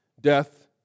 death